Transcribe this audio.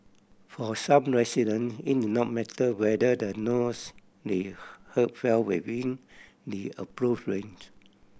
for some resident it did not matter whether the noise they heard fell within the approved range